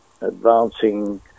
advancing